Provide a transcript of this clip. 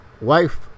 wife